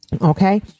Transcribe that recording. Okay